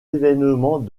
événements